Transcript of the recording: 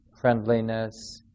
friendliness